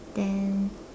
then